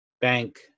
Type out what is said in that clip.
bank